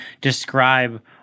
describe